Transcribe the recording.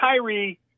Kyrie